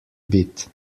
bit